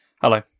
Hello